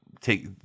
take